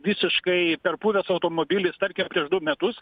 visiškai perpuvęs automobilis tarkim prieš du metus